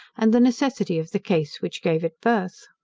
and the necessity of the case which gave it birth.